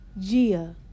Gia